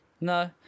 No